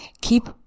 Keep